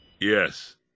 Yes